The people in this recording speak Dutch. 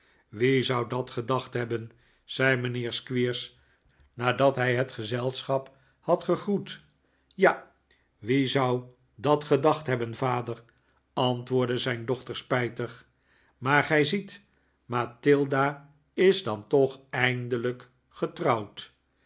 wie zou dat gedacht hebben zei mijnheer squeers nadat hij het gezelschap had gegroet ja wie zou dat gedacht hebben vader antwoordde zijn dochter spijtig maar gij ziet mathilda is dan toch eindelijk getrouwd